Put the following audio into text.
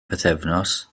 pythefnos